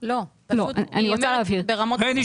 לא, פשוט היא אומרת ברמות אחרות.